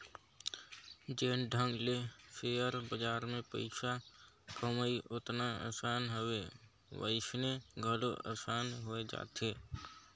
जेन ढंग ले सेयर बजार में पइसा कमई ओतना असान हवे वइसने घलो असान होए जाथे